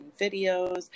videos